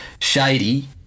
shady